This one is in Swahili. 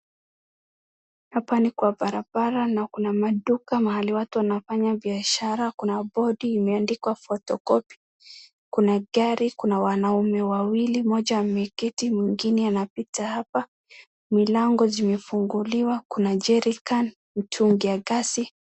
Hapa ni kwa barabara na kuna maduka mahali watu wanafanya biashara. Kuna bodi imeandikwa photocopy , kuna gari, kuna wanaume wawili, mmoja ameketi, mwingine anapita hapa. Milango zimefunguliwa, kuna jerican , mtungi ya gasi.